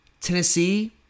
Tennessee